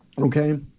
Okay